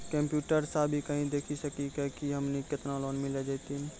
Computer सा भी कही देख सकी का की हमनी के केतना लोन मिल जैतिन?